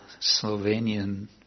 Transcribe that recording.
Slovenian